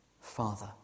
Father